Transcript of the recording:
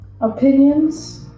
opinions